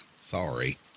sorry